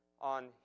on